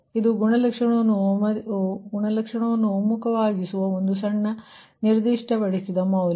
ಇದು ಗುಣಲಕ್ಷಣವನ್ನು ಒಮ್ಮುಖವಾಗಿಸುವ ಒಂದು ಸಣ್ಣ ನಿರ್ದಿಷ್ಟಪಡಿಸಿದ ಮೌಲ್ಯ